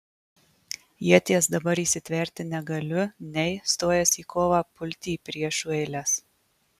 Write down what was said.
ieties dabar įsitverti negaliu nei stojęs į kovą pulti į priešų eiles